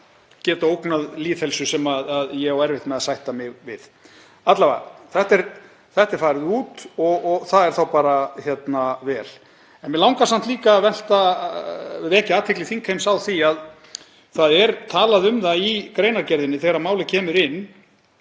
geta ógnað lýðheilsu sem ég á erfitt með að sætta mig við. Alla vega, þetta er farið út og það er vel. En mig langar samt líka vekja athygli þingheims á því að það er talað um það í greinargerðinni þegar málið kemur inn